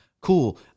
Cool